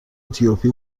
اتیوپی